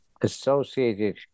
associated